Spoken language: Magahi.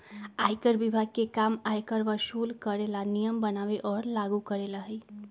आयकर विभाग के काम आयकर वसूल करे ला नियम बनावे और लागू करेला हई